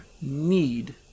need